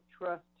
trust